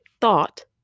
thought